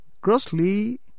Grossly